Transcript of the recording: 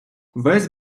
весь